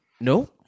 No